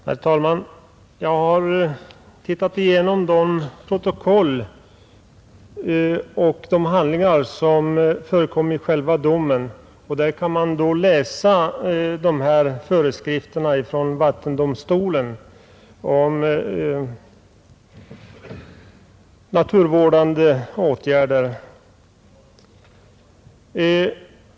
Herr talman! Jag har sett igenom protokollen från förhandlingarna och de handlingar som förekommer i själva domen. Där kan man läsa vattendomstolens föreskrifter om naturvårdande åtgärder.